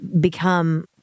become